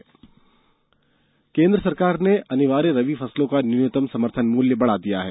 समर्थन मूल्य केन्द्र सरकार ने अनिवार्य रबी फसलों का न्यूनतम समर्थन मूल्य बढा दिया है